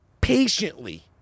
patiently